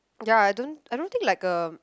ya I don't I don't think like a